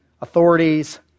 authorities